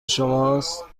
شماست